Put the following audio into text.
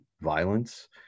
violence